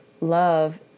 love